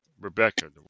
Rebecca